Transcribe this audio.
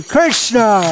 Krishna